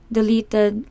deleted